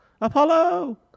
Apollo